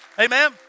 Amen